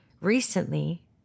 Recently